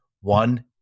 One